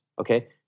Okay